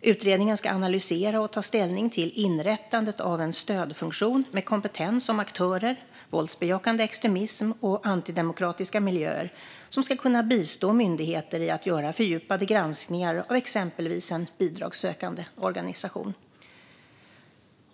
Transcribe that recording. Utredningen ska analysera och ta ställning till inrättandet av en stödfunktion med kompetens om aktörer, våldsbejakande extremism och antidemokratiska miljöer. Den ska kunna bistå myndigheter i att göra fördjupade granskningar av exempelvis en bidragssökande organisation.